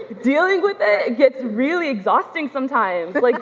dealing with it gets really exhausting sometimes. but like